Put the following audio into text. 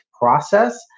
process